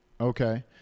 Okay